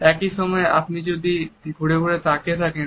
একই সময় আপনি যদি বা দিকে ঘুরে দাঁড়িয়ে থাকেন